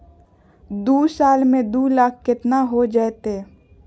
दू साल में दू लाख केतना हो जयते?